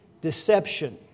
deception